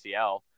ACL